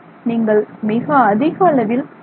நீங்கள் மிக அதிக அளவில் ஆர்